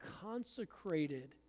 consecrated